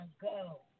go